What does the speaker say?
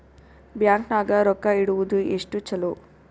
Bank ನಾಗ ರೊಕ್ಕ ಇಡುವುದು ಎಷ್ಟು ಚಲೋ?